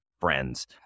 friends